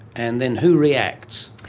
and then who reacts?